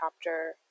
chapter